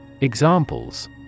Examples